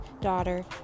daughter